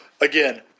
Again